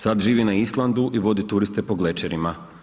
Sad živi na Islandu i vodi turiste po glečerima.